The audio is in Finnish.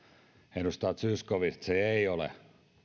edustaja zyskowicz ei ole